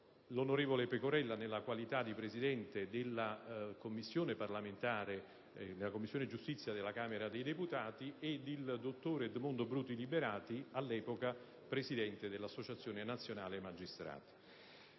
Pecorella, nella qualità di presidente della Commissione giustizia della Camera dei deputati, e il dottor Edmondo Bruti Liberati, all'epoca presidente dell'Associazione nazionale magistrati.